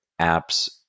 apps